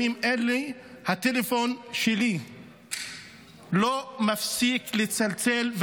בימים אלה הטלפון שלי לא מפסיק לצלצל,